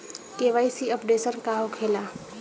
KYC updation का होखेला?